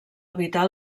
evitar